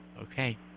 Okay